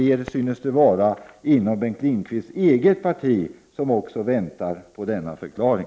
Det tycks också vara allt fler inom Bengt Lindqvists eget parti som väntar på denna förklaring.